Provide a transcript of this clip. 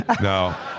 No